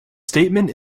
statement